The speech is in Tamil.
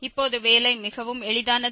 இப்போது வேலை மிகவும் எளிதானது